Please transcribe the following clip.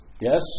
Yes